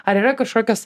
ar yra kažkokios